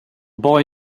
boy